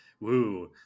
Woo